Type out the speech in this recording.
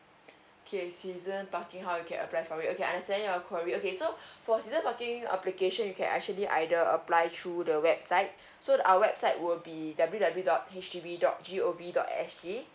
okay season parking how you can apply for it okay understand your query okay so for season parking application you can actually either apply through the website so our website will be W W W dot H D B dot G O V dot S G